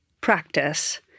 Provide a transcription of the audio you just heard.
practice